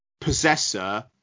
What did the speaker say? Possessor